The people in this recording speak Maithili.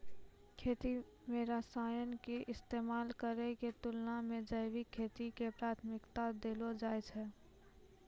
खेती मे रसायन के इस्तेमाल करै के तुलना मे जैविक खेती के प्राथमिकता देलो जाय छै